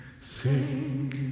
sing